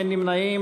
אין נמנעים.